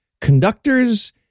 conductors